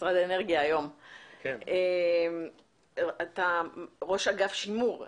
משרד האנרגיה, אתה ראש אגף שימור אנרגיה,